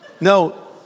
No